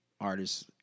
artists